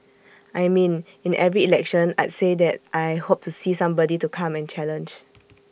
I mean in every election I'd say that I hope to see somebody to come and challenge